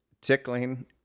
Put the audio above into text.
Tickling